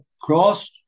cross